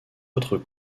autres